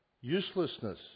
uselessness